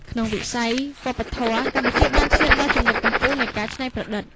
ក្នុងវិស័យវប្បធម៌ កម្ពុជាបានឈានដល់ចំណុចកំពូលនៃការច្នៃប្រឌិត។